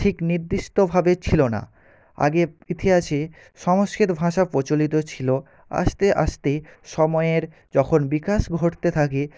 ঠিক নির্দিষ্টভাবে ছিল না আগে ইতিহাসে সংস্কৃত ভাষা প্রচলিত ছিল আস্তে আস্তে সময়ের যখন বিকাশ ঘটতে থাকে